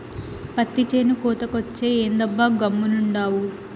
పత్తి చేను కోతకొచ్చే, ఏందబ్బా గమ్మునుండావు